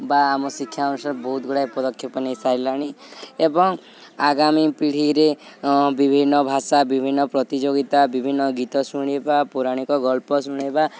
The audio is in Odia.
ବା ଆମ ଶିକ୍ଷା ଅନୁଷ୍ଠାନ ବହୁତ ଗୁଡ଼ାଏ ପଦକ୍ଷେପ ନେଇସାରିଲାଣି ଏବଂ ଆଗାମୀ ପିଢ଼ିରେ ବିଭିନ୍ନ ଭାଷା ବିଭିନ୍ନ ପ୍ରତିଯୋଗିତା ବିଭିନ୍ନ ଗୀତ ଶୁଣିବା ପୌରାଣିକ ଗଳ୍ପ ଶୁଣିବା